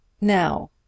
Now